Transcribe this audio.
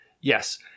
Yes